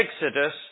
Exodus